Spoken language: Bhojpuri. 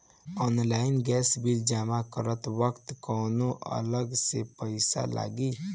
ऑनलाइन गैस बिल जमा करत वक्त कौने अलग से पईसा लागी?